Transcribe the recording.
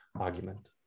argument